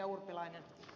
urpilainen